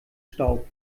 staub